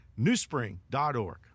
newspring.org